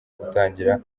gutangira